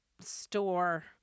store